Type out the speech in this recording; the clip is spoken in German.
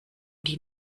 die